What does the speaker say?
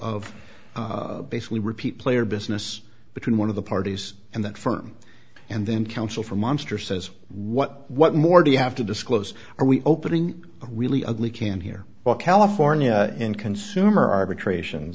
of basically repeat play or business between one of the parties and that firm and then counsel for monster says what what more do you have to disclose are we opening a really ugly can here well california in consumer arbitration